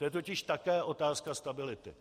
To je totiž také otázka stability.